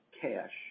cash